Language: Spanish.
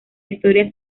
historia